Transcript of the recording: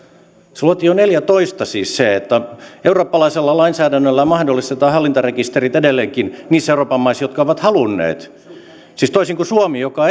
se luotiin jo kaksituhattaneljätoista siis se että eurooppalaisella lainsäädännöllä mahdollistetaan hallintarekisterit edelleenkin niissä euroopan maissa jotka ovat halunneet siis toisin kuin suomi joka